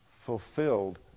fulfilled